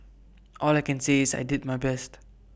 all I can say is I did my best